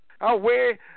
away